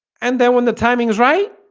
and then when the timing is right,